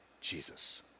Jesus